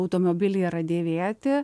automobiliai yra dėvėti